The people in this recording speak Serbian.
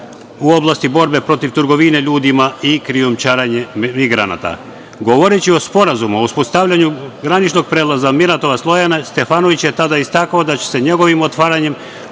u oblasti borbe protiv trgovine ljudima i krijumčarenja migranata. Govoreći o Sporazumu o uspostavljanju graničnog prelaza Miratovac – Lojane, Stefanović je tada istakao da će se njegovim otvaranjem